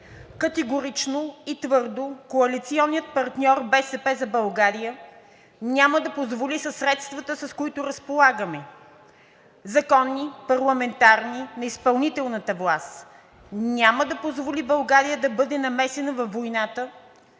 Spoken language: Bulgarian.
заяви твърдо: „Коалиционният партньор „БСП за България“ няма да позволи със средствата, с които разполагам: законни, парламентарни, на изпълнителната власт – няма да позволи България да бъде намесена във войната